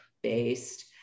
Based